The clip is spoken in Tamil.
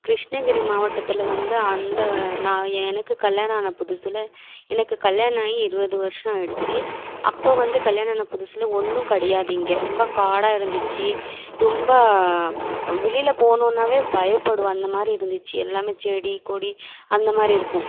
கிருஷ்ணகிரி மாவட்டத்தில் வந்து அந்த நான் எனக்கு கல்யாணம் ஆன புதுசில் எனக்கு கல்யாணம் ஆகி இருபது வருஷம் ஆயிடுச்சு அப்போது வந்து கல்யாணம் ஆன புதுசில் ஒன்றும் கிடயாது இங்கே ரொம்ப காடாக இருந்துச்சு ரொம்ப வெளியில் போகணுன்னாவே பயப்படுவேன் அந்த மாதிரி இருந்துச்சு எல்லாமே செடி கொடி அந்த மாதிரி இருக்கும்